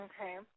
Okay